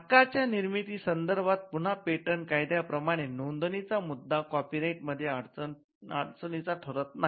हक्काच्या निर्मितीसंदर्भात पुन्हा पेटंट कायद्या प्रमाणे नोंदणीचा मुद्दा कॉपी राईट मध्ये अडचणी चा ठरत नाही